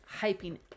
hyping